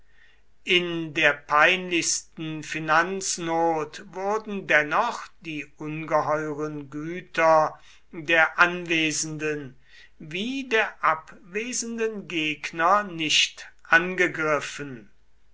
in der peinlichsten finanznot wurden dennoch die ungeheuren güter der anwesenden wie der abwesenden gegner nicht angegriffen